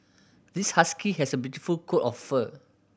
this husky has a beautiful coat of fur